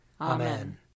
Amen